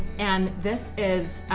and this is